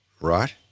Right